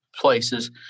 places